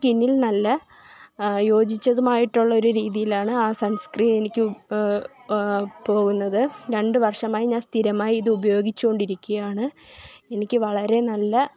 സ്കിനില് നല്ല യോജിച്ചതുമായിട്ടുള്ള ഒരു രീതിയിലാണ് ആ സണ് സ്ക്രീം എനിക്ക് പോകുന്നത് രണ്ടു വര്ഷമായി ഞാന് സ്ഥിരമായി ഇത് ഉപയോഗിച്ചു കൊണ്ട് ഇരിക്കാണ് എനിക്ക് വളരെ നല്ല